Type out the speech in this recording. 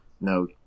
no